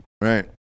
right